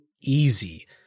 easy